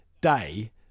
day